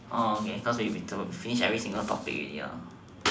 oh okay because we finish every single topic already lor